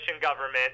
government